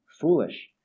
Foolish